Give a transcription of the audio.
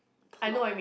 plot